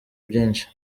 byinshi